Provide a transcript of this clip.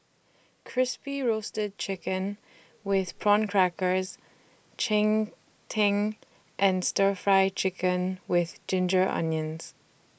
Crispy Roasted Chicken with Prawn Crackers Cheng Tng and Stir Fry Chicken with Ginger Onions